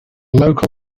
local